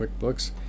QuickBooks